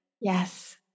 yes